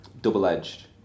double-edged